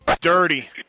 Dirty